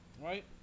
right